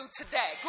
today